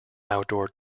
outdoor